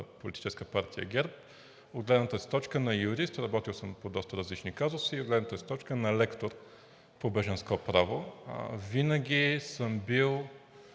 Политическа партия ГЕРБ – от гледната си точка на юрист, работил съм и по доста различни казуси, и от гледната си точка на лектор по бежанско право. Винаги съм бил